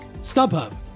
StubHub